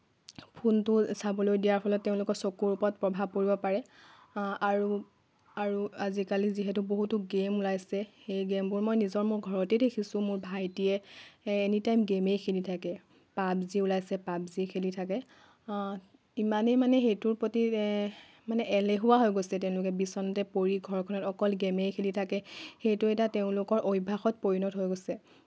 ফোনটো চাবলৈ দিয়াৰ ফলত তেওঁলোকৰ চকুৰ ওপৰত প্ৰভাৱ পৰিব পাৰে আৰু আজিকালি যিহেতু বহুতো গেম ওলাইছে সেই গেমবোৰ মই নিজৰ ঘৰতে দেখিছোঁ মোৰ ভাইটীয়ে এনিটাইম গেমেই খেলি থাকে পাবজি ওলাইছে পাবজি খেলি থাকে ইমানেই মানে সেইটোৰ প্ৰতি মানে এলেহুৱা হৈ গৈছে তেওঁলোকে বিছনাতে পৰি ঘৰখনত অকল গেমেই খেলি থাকে সেইটো এটা তেওঁলোকৰ অভ্যাসত পৰিণত হৈ গৈছে